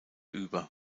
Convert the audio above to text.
über